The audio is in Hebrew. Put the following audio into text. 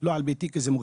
לא על ביתי כי זה מוגזם.